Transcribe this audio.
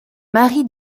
marie